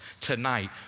Tonight